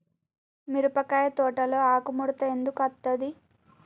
మిరపకాయ తోటలో ఆకు ముడత ఎందుకు అత్తది?